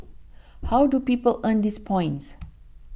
how do people earn these points